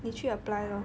你去 apply lor